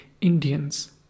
Indians